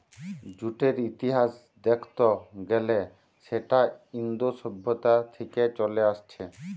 জুটের ইতিহাস দেখত গ্যালে সেটা ইন্দু সভ্যতা থিকে চলে আসছে